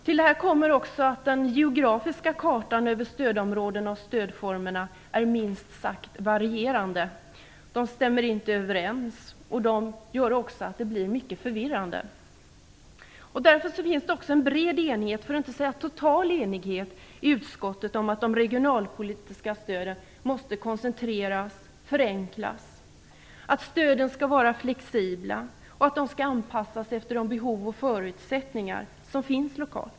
Till detta kommer att den geografiska kartan över stödområden och stödformer är minst sagt varierande. De stämmer inte överens, och de gör också att det blir mycket förvirrande. Det finns därför en bred enighet i utskottet, för att inte säga total enighet, om att de regionalpolitiska stöden måste koncentreras och förenklas, att stöden skall vara flexibla och anpassas efter de behov och förutsättningar som finns lokalt.